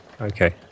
Okay